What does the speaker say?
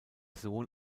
sohn